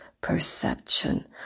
perception